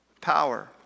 power